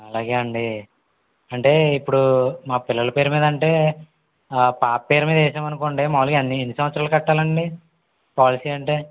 అలాగే అండి అంటే ఇప్పుడు మా పిల్లల పేరు మీదంటే ఆ పాప పేరు మీద వేశాము అనుకోండి మామూలుగా ఎన్ని సంవత్సరాలు కట్టాలండి పాలసీ అంటే